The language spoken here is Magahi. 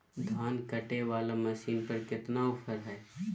धान कटे बाला मसीन पर कितना ऑफर हाय?